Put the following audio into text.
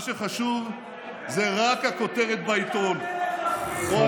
מה שחשוב זו רק הכותרת בעיתון, מלך הספינים.